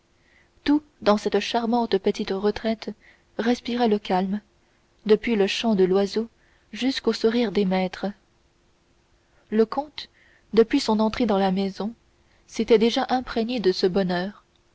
tout dans cette charmante petite retraite respirait le calme depuis le chant de l'oiseau jusqu'au sourire des maîtres le comte depuis son entrée dans la maison s'était déjà imprégné de ce bonheur